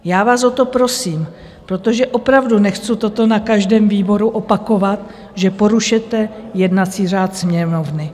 Já vás o to prosím, protože opravdu nechci toto na každém výboru opakovat, že porušujete jednací řád Sněmovny.